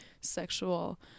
sexual